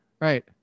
Right